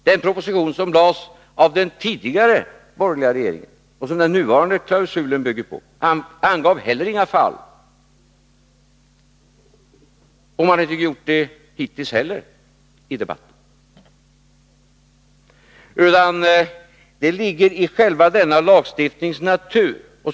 Den proposition som lades av den tidigare borgerliga regeringen och som den nuvarande klausulen bygger på angav heller inga fall, och man har hittills inte heller angivit några fall i debatten.